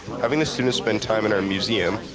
having the students spend time in our museum,